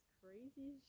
crazy